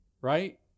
right